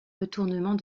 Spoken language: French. retournement